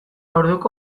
orduko